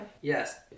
Yes